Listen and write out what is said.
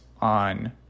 on